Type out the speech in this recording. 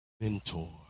Mentor